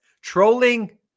Trolling